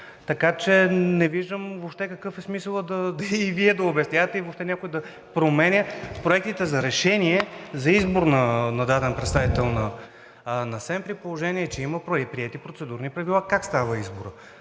Така че не виждам въобще какъв е смисълът и Вие да обяснявате, и въобще някой да променя проектите за решение за избор на даден представител на СЕМ, при положение че има приети процедурни правила как става изборът.